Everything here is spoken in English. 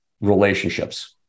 relationships